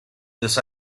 this